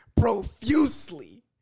profusely